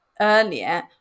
earlier